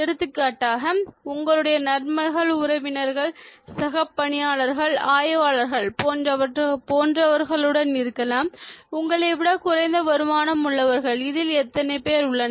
எடுத்துக்காட்டாக உங்களுடைய நண்பர்கள் உறவினர்கள் சக பணியாளர்கள் ஆய்வாளர்கள் போன்றவர்களுடன் இருக்கலாம் உங்களை விட குறைந்த வருமானம் உள்ளவர்கள் இதில் எத்தனை பேர் உள்ளனர்